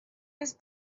his